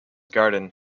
garden